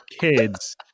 kids